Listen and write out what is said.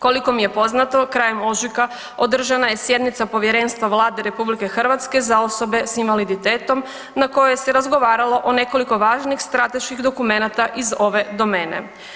Koliko mi je poznato, krajem ožujka održana je sjednica Povjerenstva Vlade RH za osobe sa invaliditetom na kojoj se razgovaralo o nekoliko važnih strateških dokumenata iz ove domene.